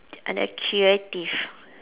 under creative